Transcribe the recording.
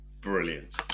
brilliant